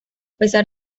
pesar